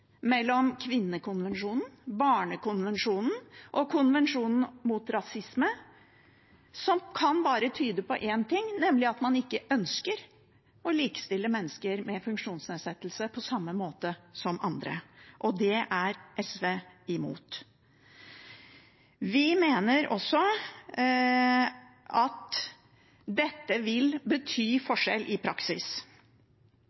kvinnekonvensjonen, barnekonvensjonen og konvensjonen mot rasisme, noe som kan tyde bare på én ting, nemlig at man ikke på samme måte ønsker å likestille mennesker med funksjonsnedsettelse med andre, og det er SV imot. Vi mener også at dette vil bety